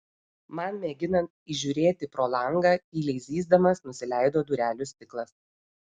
man mėginant įžiūrėti pro langą tyliai zyzdamas nusileido durelių stiklas